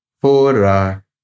four